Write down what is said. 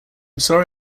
sorry